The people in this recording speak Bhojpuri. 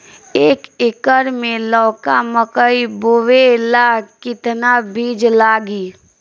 एक एकर मे लौका मकई बोवे ला कितना बिज लागी?